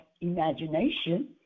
imagination